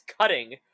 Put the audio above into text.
cutting